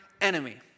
enemy